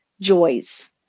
joys